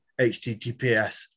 https